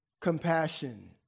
compassion